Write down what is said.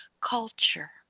culture